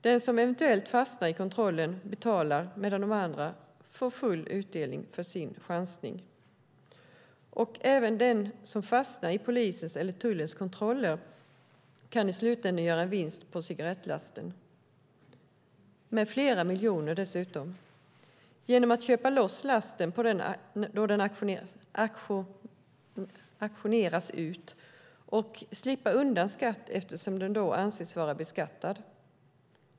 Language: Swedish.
Den som eventuellt fastnar i kontrollen betalar, medan de andra får full utdelning för sin chansning. Även den som fastnar i polisens eller tullens kontroller kan i slutänden göra vinst på cigarettlasten - med flera miljoner, dessutom, genom att köpa loss lasten då den auktioneras ut och slippa undan skatt eftersom den då anses vara beskattad.